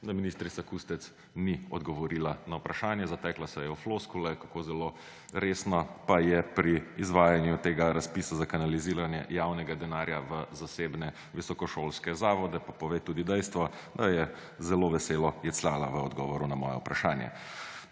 ministrica Kustec ni odgovorila na vprašanje. Zatekla se je v floskule. Kako zelo resna pa je pri izvajanju tega razpisa za kanaliziranje javnega denarja v zasebne visokošolske zavode, pa pove tudi dejstvo, da je zelo veselo jecljala v odgovoru na moje vprašanje.